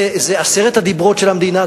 זה עשרת הדיברות של המדינה,